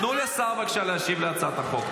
תנו לשר להשיב להצעת החוק,